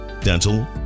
dental